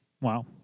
Wow